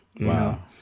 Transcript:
Wow